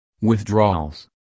Withdrawals